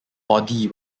body